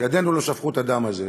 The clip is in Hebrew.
ידינו לא שפכו את הדם הזה,